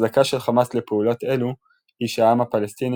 ההצדקה של חמאס לפעולות אלו היא שהעם הפלסטיני